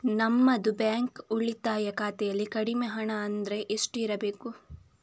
ನಮ್ಮದು ಬ್ಯಾಂಕ್ ಉಳಿತಾಯ ಖಾತೆಯಲ್ಲಿ ಕಡಿಮೆ ಹಣ ಅಂದ್ರೆ ಎಷ್ಟು ಇರಬೇಕು?